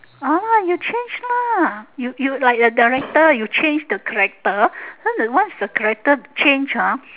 ah you change lah you you like the director you change the character and that one is a character change ah